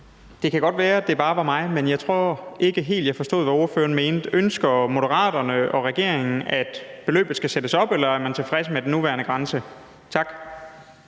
Det kan godt være, at det bare var mig, men jeg tror ikke helt, jeg forstod, hvad ordføreren mente. Ønsker Moderaterne og regeringen, at beløbet skal sættes op, eller er man tilfreds med den nuværende grænse? Tak.